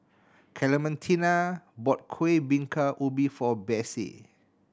Clementina bought Kuih Bingka Ubi for Besse